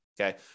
okay